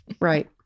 Right